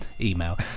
email